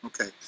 Okay